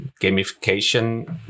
gamification